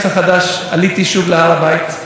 ולכן נקבע גם היום הזה.